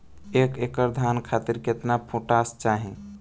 एक एकड़ धान खातिर केतना पोटाश चाही?